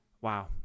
wow